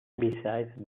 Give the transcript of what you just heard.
besides